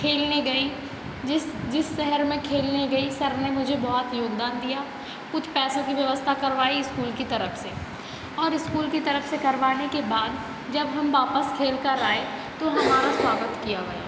खेलने गई जिस जिस शहर में खेलने गई सर ने मुझे बहुत योगदान दिया कुछ पैसों की व्यवस्था करवाई स्कूल की तरफ से और स्कूल की तरफ से करवाने के बाद जब हम वापस खेल कर आए तो हमारा स्वागत किया गया